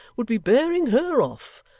would be bearing her off,